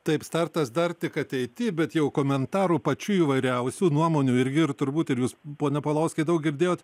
taip startas dar tik ateity bet jau komentarų pačių įvairiausių nuomonių irgi ir turbūt ir jūs pone paulauskai daug girdėjot